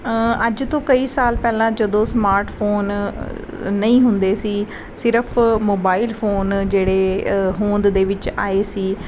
ਅੱਜ ਤੋਂ ਕਈ ਸਾਲ ਪਹਿਲਾਂ ਜਦੋਂ ਸਮਾਰਟ ਫੋਨ ਨਹੀਂ ਹੁੰਦੇ ਸੀ ਸਿਰਫ ਮੋਬਾਈਲ ਫੋਨ ਜਿਹੜੇ ਹੋਂਦ ਦੇ ਵਿੱਚ ਆਏ ਸੀ